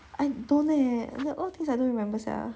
I don't eh a lot of things I don't remember sia